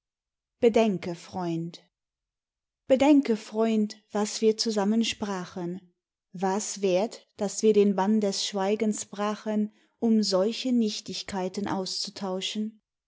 bedenke freund bedenke freund was wir zusammen sprachen war's wert daß wir den bann des schweigens brachen um solche nichtigkeiten auszutauschen